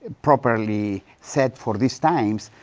properly set for these times,